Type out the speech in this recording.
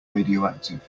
radioactive